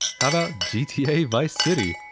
how about gta vice city?